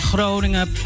Groningen